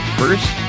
first